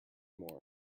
more